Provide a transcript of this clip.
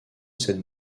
cette